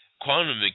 quantum